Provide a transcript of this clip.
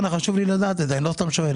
חשוב לי לדעת את זה, אני לא סתם שואל.